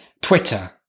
Twitter